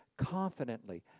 confidently